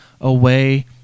away